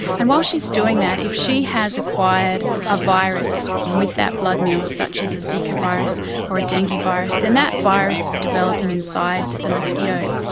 and while she is doing that, if she has acquired a virus and with that blood meal such as a zika virus or a dengue virus, then that virus is developing inside the mosquito.